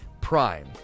prime